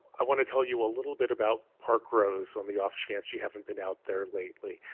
i want to tell you a little bit about park rose on the off chant you haven't been out there lately.